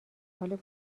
حال